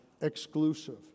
exclusive